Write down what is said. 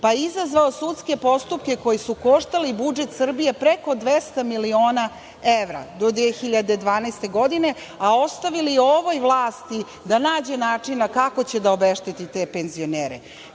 je izazvao sudske postupke koji su koštali budžet Srbije preko 200 miliona evra do 2012. godine, a ostavili ovoj vlasti da nađe načina kako će da obešteti te penzionere. Prema